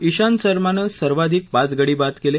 ईशांत शर्मानं सर्वाधिक पाच गडी बाद केले